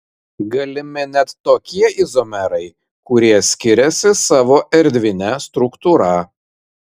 galimi net tokie izomerai kurie skiriasi savo erdvine struktūra